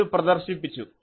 ഇത് പ്രദർശിപ്പിച്ചു